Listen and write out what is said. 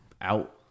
out